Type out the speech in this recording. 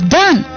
done